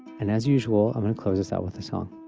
and as usual, i'm going to close this out with a song.